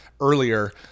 earlier